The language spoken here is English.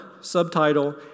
subtitle